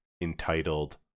entitled